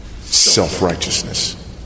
self-righteousness